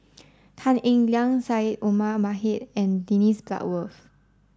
Tan Eng Liang Syed Omar Mohamed and Dennis Bloodworth